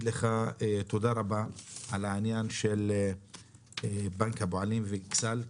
לך תודה רבה על העניין של בנק הפועלים ואכסאל.